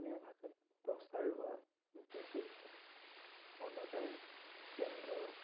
অসমীয়া ভাষাত প্ৰচাৰ হোৱা বহুত অনতাৰ কেন্দ্ৰ